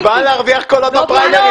היא באה להרוויח קולות בפריימריז.